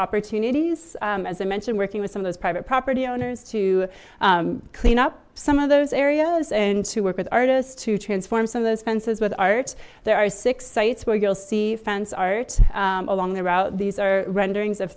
opportunities as i mentioned working with some of those private property owners to clean up some of those areas and to work with artists to transform some of those fences with art there are six sites where you'll see fence art along the route these are